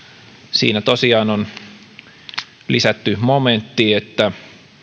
siinä tosiaan on lisätty momentti että